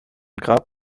grab